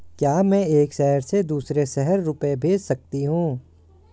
क्या मैं एक शहर से दूसरे शहर रुपये भेज सकती हूँ?